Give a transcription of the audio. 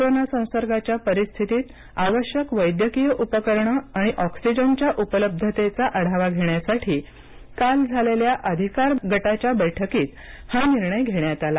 corona संसर्गाच्या परिस्थितीत आवश्यक वैद्यकीय उपकरणं आणि ऑक्सिजनच्या उपलब्धतेचा आढावा घेण्यासाठी काल झालेल्या अधिकार गटाच्या बैठकीत हा निर्णय घेण्यात आला